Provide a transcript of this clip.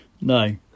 no